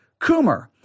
Coomer